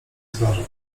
zważał